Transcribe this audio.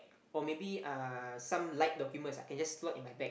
or maybe uh some light documents I can just slot in my bag